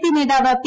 P നേതാവ് P